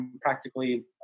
practically